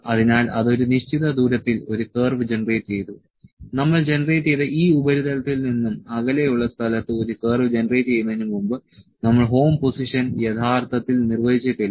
അതിനാൽ അത് ഒരു നിശ്ചിത ദൂരത്തിൽ ഒരു കർവ് ജനറേറ്റ് ചെയ്തു നമ്മൾ ജനറേറ്റുചെയ്ത ഈ ഉപരിതലത്തിൽ നിന്നും അകലെയുള്ള സ്ഥലത്ത് ഒരു കർവ് ജനറേറ്റ് ചെയ്യുന്നതിന് മുമ്പ് നമ്മൾ ഹോം പൊസിഷൻ യഥാർത്ഥത്തിൽ നിർവ്വചിച്ചിട്ടില്ല